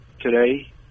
today